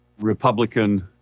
Republican